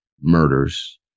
murders